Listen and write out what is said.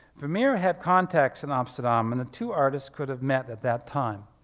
vermeer had contacts in amsterdam and the two artists could have met at that time.